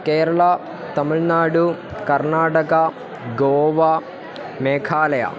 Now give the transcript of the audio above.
केरळा तमिळ्नाडु कर्नाटका गोवा मेघालयः